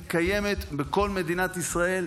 היא קיימת היום בכל מדינת ישראל,